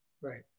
Right